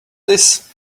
this